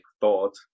thought